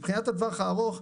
מבחינת הטווח הארוך,